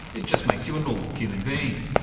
it just makes you a normal human being.